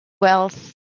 wealth